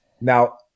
Now